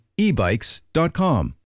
ebikes.com